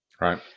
Right